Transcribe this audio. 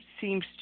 seems